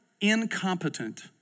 incompetent